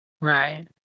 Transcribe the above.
Right